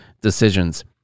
decisions